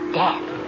death